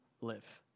live